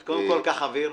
אז קודם כול קח אוויר.